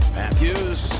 Matthews